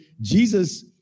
Jesus